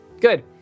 Good